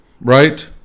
right